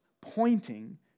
pointing